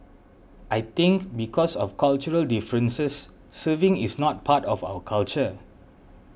I think because of cultural differences serving is not part of our culture